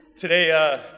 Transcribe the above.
Today